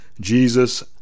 jesus